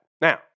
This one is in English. Now